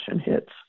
hits